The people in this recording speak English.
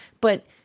But-